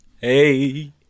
hey